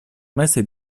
mese